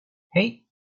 hey